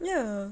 ya